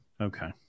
Okay